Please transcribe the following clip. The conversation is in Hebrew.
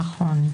נכון.